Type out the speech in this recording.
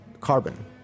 carbon